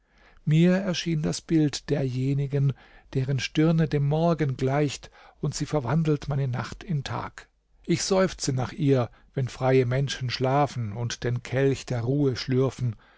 mir erschien das bild derjenigen deren stirne dem morgen gleicht und sie verwandelt meine nacht in tag ich seufze nach ihr wenn freie menschen schlafen und den kelch der ruhe schlürfen